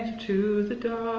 to the